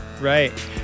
Right